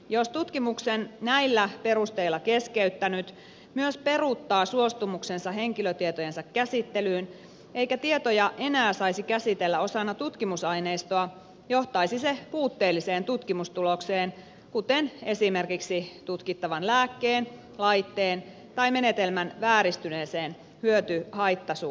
jos tutkimuksen näillä perusteilla keskeyttänyt myös peruuttaa suostumuksensa henkilötietojensa käsittelyyn eikä tietoja enää saisi käsitellä osana tutkimusaineistoa johtaisi se puutteelliseen tutkimustulokseen kuten esimerkiksi tutkittavan lääkkeen laitteen tai menetelmän vääristyneeseen hyötyhaitta suhteen arvioon